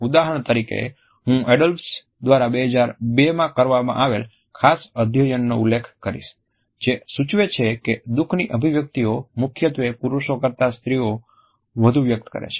ઉદાહરણ તરીકે હું એડોલ્ફ્સ દ્વારા 2002માં કરવામાં આવેલા ખાસ અધ્યયનનો ઉલ્લેખ કરીશ જે સૂચવે છે કે દુખની અભિવ્યક્તિઓ મુખ્યત્વે પુરુષો કરતાં સ્ત્રીઓ વધુ વ્યક્ત કરે છે